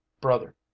Brother